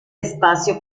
espacio